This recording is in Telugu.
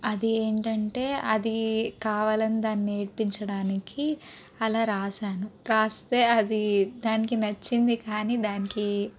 అది ఏమిటంటే అది కావాలని దాన్ని ఏడ్పించడానికి అలా రాసాను రాస్తే అది దానికి నచ్చింది కాని దానికి